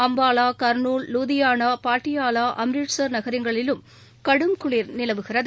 அம்பாலா கர்னால் லூதியானா பாட்டியாலா அம்ரிட்ஷர் நகரங்களிலும் கடும் குளிர் நிலவுகிறது